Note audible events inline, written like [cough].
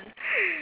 [noise]